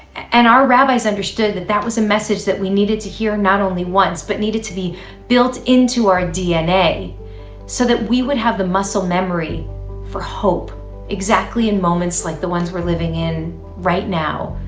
and our rabbis understood that that was a message that we needed to hear not only once, but needed to be built into our dna so that we would have the muscle memory for hope exactly in moments like the ones we're living in right now,